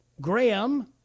Graham